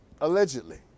Allegedly